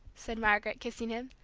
said margaret, kissing him,